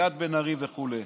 ליאת בן-ארי וכו'.